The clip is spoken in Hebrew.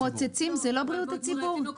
מוצצים זה לא בריאות הציבור?